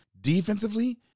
Defensively